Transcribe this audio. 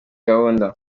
gahunda